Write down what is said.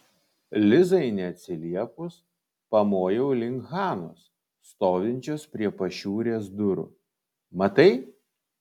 lizai neatsiliepus pamojau link hanos stovinčios prie pašiūrės durų matai